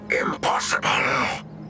Impossible